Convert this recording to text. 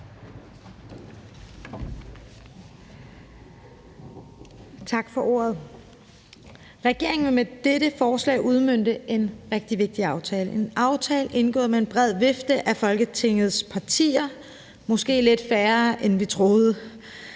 Tak for ordet. Regeringen vil med dette forslag udmønte en rigtig vigtig aftale, der er indgået med en bred vifte af Folketingets partier – måske lidt færre, end vi troede.